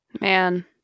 Man